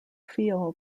feel